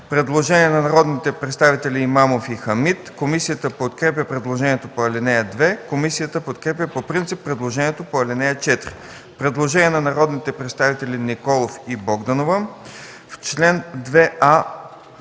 Предложение на народните представители Имамов и Хамид. Комисията подкрепя предложението по ал. 2. Комисията подкрепя по принцип предложението по ал. 4. Предложение на народните представители Николов и Богданова: